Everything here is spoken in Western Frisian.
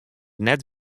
net